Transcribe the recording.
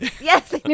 Yes